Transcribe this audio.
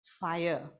fire